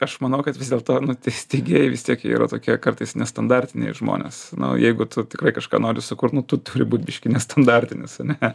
aš manau kad vis dėlto nuteisti gėjai vis tiek jie yra tokie kartais nestandartiniai žmonės na jeigu tu tikrai kažką nori sukurt nu tu turi būt biškį nestandartinis ane